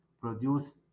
produce